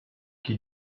qui